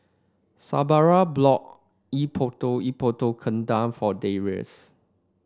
Sabra bought Epok Epok Kentang for Darrius